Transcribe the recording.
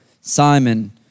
Simon